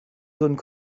zones